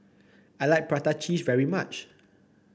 I like Prata Cheese very much